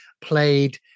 played